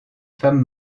femme